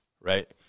right